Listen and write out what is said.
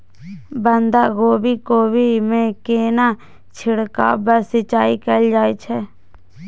बंधागोभी कोबी मे केना छिरकाव व सिंचाई कैल जाय छै?